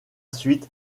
suite